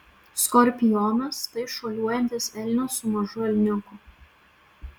skorpionas tai šuoliuojantis elnias su mažu elniuku